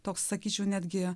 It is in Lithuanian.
toks sakyčiau neatgijo